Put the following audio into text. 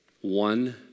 One